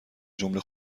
جمله